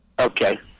Okay